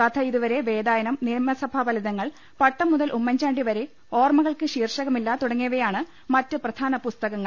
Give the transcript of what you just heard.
കഥ ഇതു വരെ വേദായനം നിയമസഭാ ഫലിതങ്ങൾ പട്ടം മുതൽ ഉമ്മൻചാണ്ടി വരെ ഓർമ്മകൾക്ക് ശീർഷകമില്ല തുടങ്ങിയ വയാണ് മറ്റ് പ്രധാന പുസ്തകങ്ങൾ